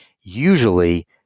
usually